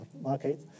market